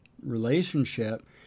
relationship